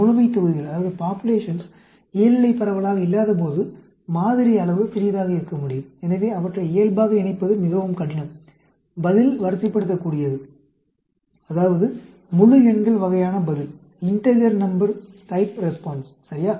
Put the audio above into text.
முழுமைத்தொகுதிகள் இயல்நிலை பரவலாக இல்லாதபோது மாதிரி அளவு சிறியதாக இருக்க முடியும் எனவே அவற்றை இயல்பாக இணைப்பது மிகவும் கடினம் பதில் வரிசைப்படுத்தக்கூடியது அதாவது முழுஎண்கள் வகையான பதில் சரியா